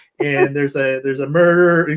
and there's a there's a murderer,